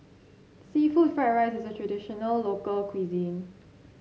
seafood Fried Rice is a traditional local cuisine